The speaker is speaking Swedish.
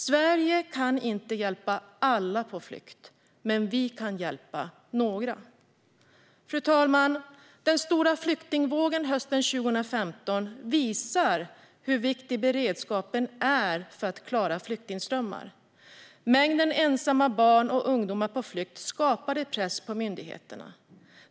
Sverige kan inte hjälpa alla på flykt, men vi kan hjälpa några. Fru talman! Den stora flyktingvågen hösten 2015 visar hur viktig beredskapen är för att klara flyktingströmmar. Mängden ensamma barn och ungdomar på flykt skapade press på myndigheterna.